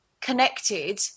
connected